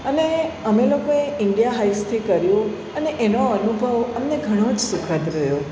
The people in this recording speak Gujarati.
અને અમે લોકોએ ઈન્ડિયા હાઇક્સથી કર્યું અને એનો અનુભવ અમને ઘણો જ સુખદ રહ્યો